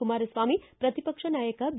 ಕುಮಾರಸ್ವಾಮಿ ಪ್ರತಿ ಪಕ್ಷ ನಾಯಕ ಬಿ